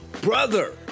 brother